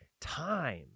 time